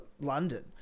London